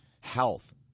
health